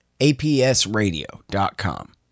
APSradio.com